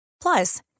Plus